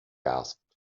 asked